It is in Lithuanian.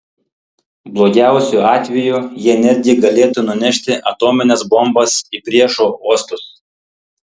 blogiausiu atveju jie netgi galėtų nunešti atomines bombas į priešo uostus